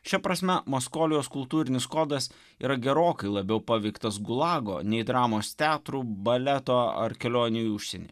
šia prasme maskolijos kultūrinis kodas yra gerokai labiau paveiktas gulago nei dramos teatrų baleto ar kelionių į užsienį